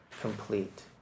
complete